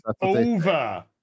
over